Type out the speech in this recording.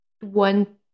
one